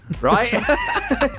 right